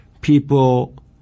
people